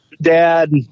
Dad